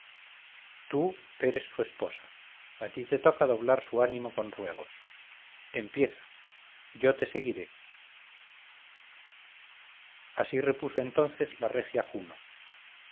tú eres su esposa a ti te toca doblar su ánimo con ruegos empieza yo te seguiré así repuso entonces la regia juno